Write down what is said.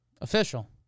Official